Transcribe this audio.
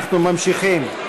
אנחנו ממשיכים.